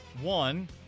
one